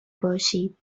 باشید